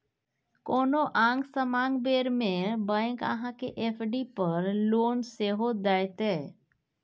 कोनो आंग समांग बेर मे बैंक अहाँ केँ एफ.डी पर लोन सेहो दैत यै